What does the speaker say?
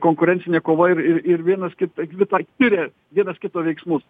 konkurencinė kova ir ir vienas kitą kvitą tiria vienas kito veiksmus